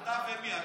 אתה ומי?